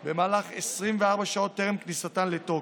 בהן במהלך 24 שעות טרם כניסתן לתוקף.